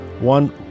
one